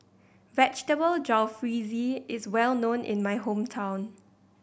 Vegetable Jalfrezi is well known in my hometown